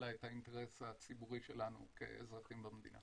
אלא את האינטרס הציבורי שלנו כאזרחים במדינה.